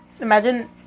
Imagine